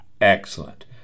Excellent